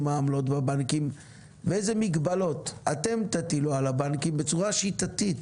העמלות בבנקים ואיזה מגבלות אתם תטילו על הבנקים בצורה שיטתית,